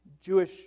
Jewish